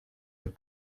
with